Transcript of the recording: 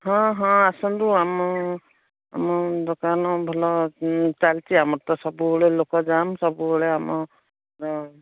ହଁ ହଁ ଆସନ୍ତୁ ଆମ ଆମ ଦୋକାନ ଭଲ ଚାଲିଛି ଆମର ତ ସବୁବେଳେ ଲୋକ ଜାମ୍ ସବୁବେଳେ ଆମ